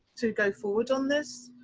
to go forward on this.